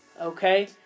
Okay